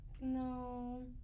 No